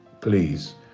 please